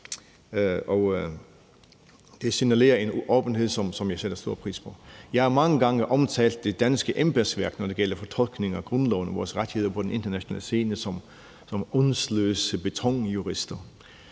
Det signalerer en åbenhed, som jeg sætter stor pris på. Jeg har mange gange omtalt det danske embedsværk, når det gælder fortolkning af grundloven og vores rettigheder på den internationale scene, som åndsløse betonjurister,